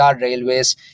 Railways